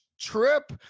trip